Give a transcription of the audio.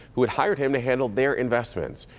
who had hired him to handle their investments.